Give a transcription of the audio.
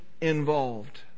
involved